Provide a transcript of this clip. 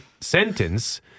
sentence